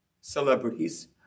celebrities